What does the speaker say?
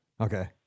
Okay